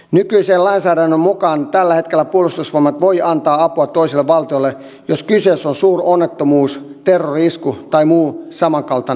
nykyisen lainsäädännön mukaan tällä hetkellä puolustusvoimat voivat antaa apua toiselle valtiolle jos kyseessä on suuronnettomuus terrori isku tai muu samankaltainen tilanne